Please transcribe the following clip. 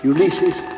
Ulysses